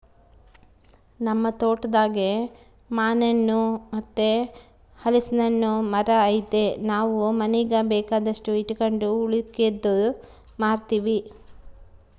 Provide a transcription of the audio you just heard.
ನಮ್ ತೋಟದಾಗೇ ಮಾನೆಣ್ಣು ಮತ್ತೆ ಹಲಿಸ್ನೆಣ್ಣುನ್ ಮರ ಐತೆ ನಾವು ಮನೀಗ್ ಬೇಕಾದಷ್ಟು ಇಟಗಂಡು ಉಳಿಕೇದ್ದು ಮಾರ್ತೀವಿ